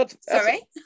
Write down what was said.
sorry